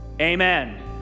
amen